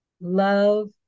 love